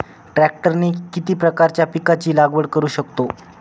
ट्रॅक्टरने किती प्रकारच्या पिकाची लागवड करु शकतो?